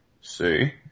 See